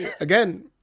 again